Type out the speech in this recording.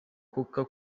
coca